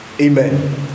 Amen